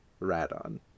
Radon